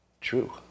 True